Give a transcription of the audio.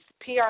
PR